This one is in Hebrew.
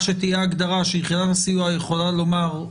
שתהיה הגדרה שיחידת הסיוע יכולה לומר,